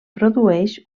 produeix